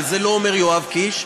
ואת זה לא אומר יואב קיש,